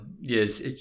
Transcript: yes